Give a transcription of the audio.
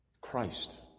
Christ